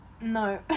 No